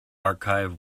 archive